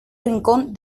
rincón